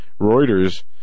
Reuters